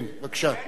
כן, בבקשה.